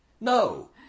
No